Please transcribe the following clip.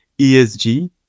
ESG